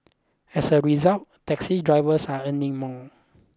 as a result taxi drivers are earning more